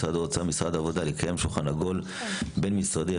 משרד האוצר ומשרד העבודה לקיים שולחן עגול בין- משרדי,